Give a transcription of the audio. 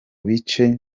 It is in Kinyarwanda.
bice